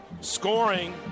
scoring